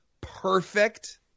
perfect